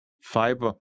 fiber